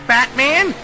Batman